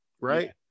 right